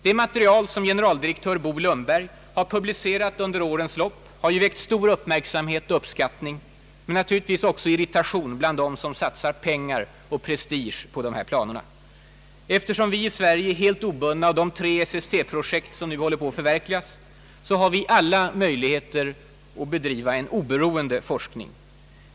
Det material som generaldirektör Bo Lundberg har publicerat under årens lopp har ju väckt stor uppmärksamhet och uppskattning — men naturligtvis också irritation bland dem som satsar pengar och prestige på de här planerna. Eftersom vi här i Sverige är helt obundna av de tre SST-projekt, som nu håller på att förverkligas, har vi alla möjligheter att bedriva en oberoende forskning.